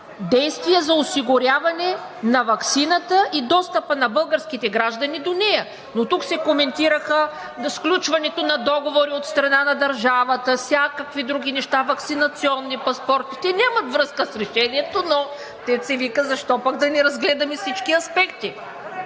действия за осигуряване на ваксината и достъпа на българските граждани до нея. Дотук се коментираха сключването на договори от страна на държавата, всякакви други неща, ваксинационни паспорти – те нямат връзка с решението, но дето се казва, защо да не разгледаме всички аспекти?